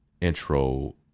intro